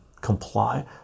comply